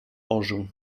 ożył